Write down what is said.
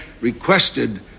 requested